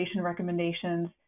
recommendations